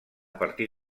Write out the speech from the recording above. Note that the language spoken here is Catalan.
partir